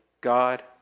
God